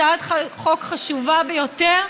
הצעת חוק חשובה ביותר,